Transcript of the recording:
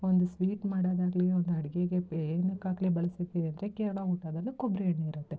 ಒಂದು ಸ್ವೀಟ್ ಮಾಡೊದಾಗಲಿ ಒಂದು ಅಡುಗೆಗೆ ಬೇರೇನಕ್ಕಾಗಲಿ ಬಳ್ಸೋಕೆ ಅಂದರೆ ಕೇರಳ ಊಟದಲ್ಲೂ ಕೊಬ್ಬರಿ ಎಣ್ಣೆ ಇರುತ್ತೆ